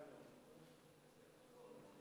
חוק זכויות נפגעי עבירה (תיקון מס'